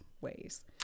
ways